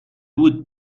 would